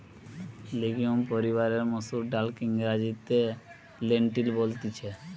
legume পরিবারের মসুর ডালকে ইংরেজিতে লেন্টিল বলতিছে